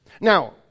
Now